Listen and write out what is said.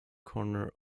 corner